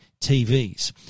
TVs